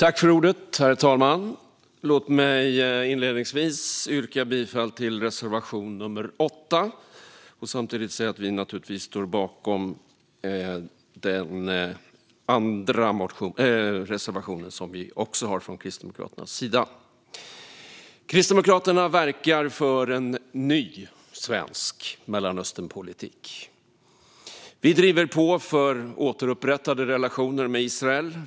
Herr talman! Låt mig inledningsvis yrka bifall till reservation nummer 8. Vi står naturligtvis bakom även den andra reservationen från Kristdemokraterna. Kristdemokraterna verkar för en ny svensk Mellanösternpolitik. Vi driver på för återupprättade relationer med Israel.